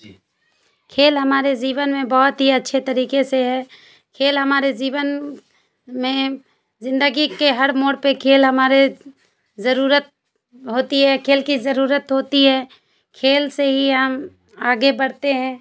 کھیل ہمارے زیون میں بہت ہی اچھے طریقے سے ہے کھیل ہمارے زیون میں زندگی کے ہر موڑ پہ کھیل ہمارے ضرورت ہوتی ہے کھیل کی ضرورت ہوتی ہے کھیل سے ہی ہم آگے بڑھتے ہیں